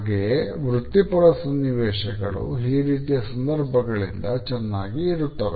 ಹಾಗೆಯೇ ವೃತ್ತಿಪರ ಸನ್ನಿವೇಶಗಳು ಈ ರೀತಿಯ ಸಂದರ್ಭಗಳಿಂದ ಚೆನ್ನಾಗಿ ಇರುತ್ತವೆ